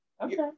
Okay